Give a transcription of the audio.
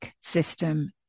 system